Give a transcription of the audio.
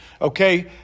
Okay